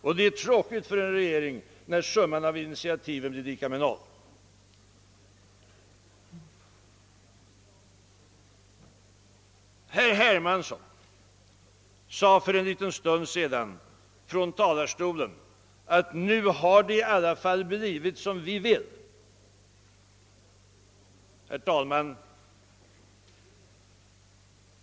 Och det är tråkigt för en regering när summan av dess initiativ blir lika med noll. stund sedan från talarstolen att det nu i alla fall blivit som hans parti vill.